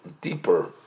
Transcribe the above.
deeper